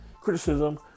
criticism